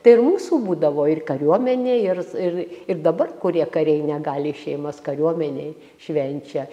tai ir mūsų būdavo ir kariuomenė ir ir ir dabar kurie kariai negali šeimas kariuomenėj švenčia